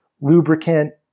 lubricant